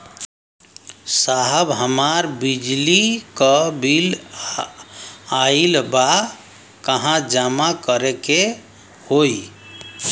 साहब हमार बिजली क बिल ऑयल बा कहाँ जमा करेके होइ?